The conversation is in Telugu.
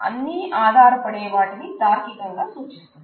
అన్ని ఆధారపడే వాటిని తార్కికంగా సూచిస్తుంది